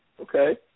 okay